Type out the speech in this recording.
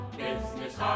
business